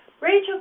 Rachel